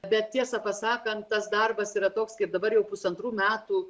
bet tiesą pasakant tas darbas yra toks kaip dabar jau pusantrų metų